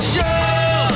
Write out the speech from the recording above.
Show